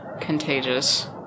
contagious